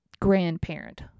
grandparent